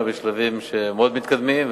בשלבים מאוד מתקדמים,